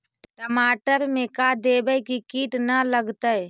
टमाटर में का देबै कि किट न लगतै?